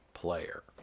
player